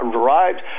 derived